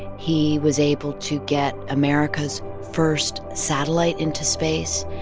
he was able to get america's first satellite into space.